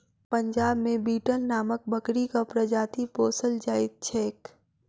पंजाब मे बीटल नामक बकरीक प्रजाति पोसल जाइत छैक